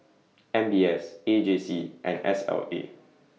M B S A J C and S L A